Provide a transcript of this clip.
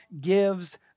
gives